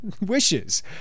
wishes